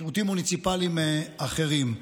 שירותים מוניציפליים אחרים,